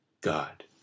God